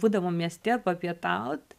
būdavo mieste papietaut